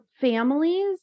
families